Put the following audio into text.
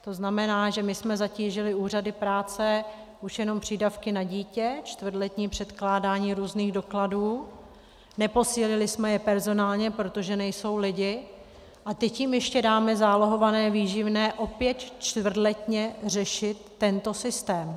To znamená, že my jsme zatížili úřady práce už jenom přídavky na dítě čtvrtletní předkládání různých dokladů , neposílili jsme je personálně, protože nejsou lidi, a teď jim ještě dáme zálohované výživné opět čtvrtletně řešit, tento systém.